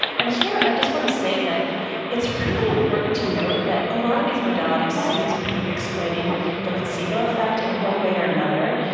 and here, i just want to say that it's really important to note that a lot of these modalities seem to be exploiting the placebo effect in one way or another.